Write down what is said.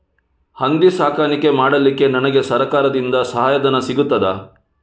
ಹಂದಿ ಸಾಕಾಣಿಕೆ ಮಾಡಲಿಕ್ಕೆ ನನಗೆ ಸರಕಾರದಿಂದ ಸಹಾಯಧನ ಸಿಗುತ್ತದಾ?